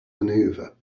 maneuver